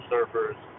Surfers